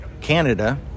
Canada